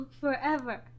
forever